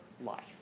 life